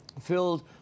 filled